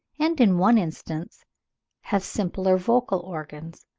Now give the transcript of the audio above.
and in one instance have simpler vocal organs.